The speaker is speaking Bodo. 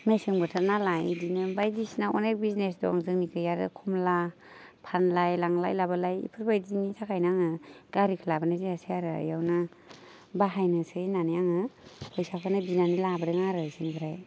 मेसें बोथोर नालाय बिदिनो बायदिसिना अनेख बिजिनेस दं जोंनिखै आरो कमला फानलाय लांबाय लाबोलाय बेफोरबादिनि थाखायनो आङो गारिखौ लाबोनाय जायासै आरो बेयावनो बाहायनोसै होननानै आङो फैसाखौनो बिनानै लाबोदों आरो बिसिनिफ्राय